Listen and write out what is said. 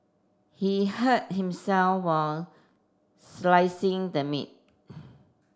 he hurt himself while slicing the meat